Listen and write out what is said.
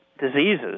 diseases